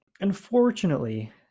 Unfortunately